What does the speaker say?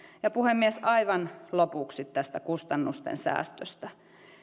puhemies aivan lopuksi tästä kustannusten säästöstä